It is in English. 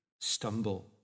stumble